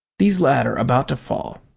these latter about to fall.